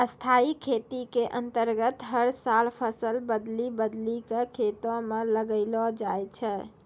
स्थाई खेती के अन्तर्गत हर साल फसल बदली बदली कॅ खेतों म लगैलो जाय छै